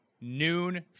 noon